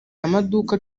amaduka